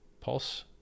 Pulse